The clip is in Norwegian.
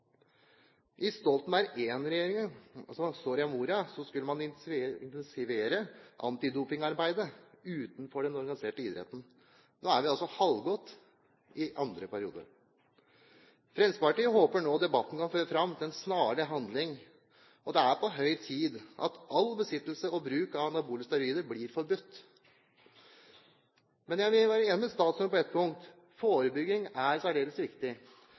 man skulle intensivere antidopingarbeidet utenfor den organiserte idretten. Nå er vi altså halvgått i andre periode. Fremskrittspartiet håper nå debatten kan føre fram til snarlig handling. Det er på høy tid at all besittelse og bruk av anabole steroider blir forbudt. Men jeg vil være enig med statsråden på ett punkt: Forebygging er særdeles viktig.